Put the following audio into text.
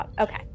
Okay